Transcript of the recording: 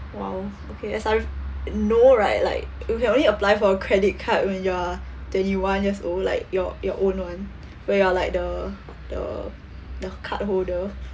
!wow! as I know right like you can only apply for a credit card when you're twenty one years old like your your own one where you're like the the the cardholder